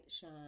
shine